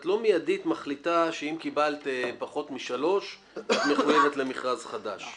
את לא מידית מחליטה שאם קיבלת פחות משלוש את מחויבת למכרז חדש.